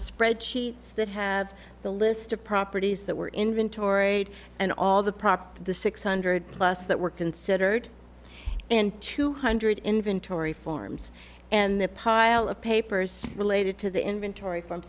spread sheets that have the list of properties that were inventory and all the prop the six hundred plus that were considered and two hundred inventory forms and the pile of papers related to the inventory f